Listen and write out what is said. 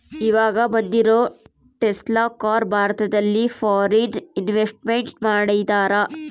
ಈವಾಗ ಬಂದಿರೋ Tesla car ಭಾರತದಲ್ಲಿ ಫಾರಿನ್ ಇನ್ವೆಸ್ಟ್ಮೆಂಟ್ ಮಾಡಿದರಾ